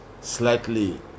slightly